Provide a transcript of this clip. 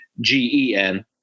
g-e-n